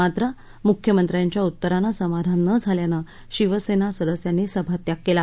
मात्र मुख्यमंत्र्यांच्या उत्तरानं समाधान नं झाल्यानं शिवसेना सदस्यांनी सभात्याग केला